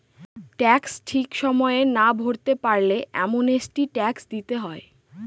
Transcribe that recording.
tax ঠিক সময়ে না ভরতে পারলে অ্যামনেস্টি ট্যাক্স দিতে হয়